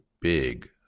big